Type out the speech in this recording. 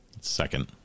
Second